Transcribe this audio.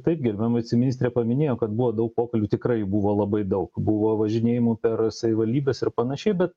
taip gerbiama viceministrė paminėjo kad buvo daug pokalbių tikrai buvo labai daug buvo važinėjimų per savivaldybes ir panašiai bet